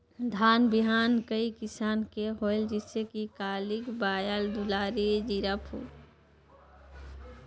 धान बिहान कई किसम के होयल जिसे कि कलिंगा, बाएल दुलारी, जीराफुल?